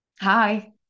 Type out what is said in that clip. hi